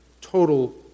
total